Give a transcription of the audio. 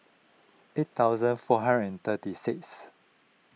eight thousand four hundred and thirty sixth